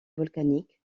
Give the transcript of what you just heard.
volcanique